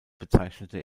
bezeichnete